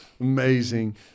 Amazing